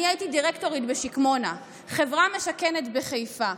אני הייתי דירקטורית בשקמונה, חברה משכנת בחיפה.